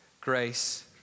grace